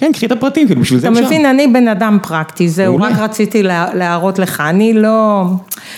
כן, קחי את הפרטים, כאילו בשביל זה אפשר. אתה מבין, אני בן אדם פרקטי, זה אולי רציתי להראות לך, אני לא...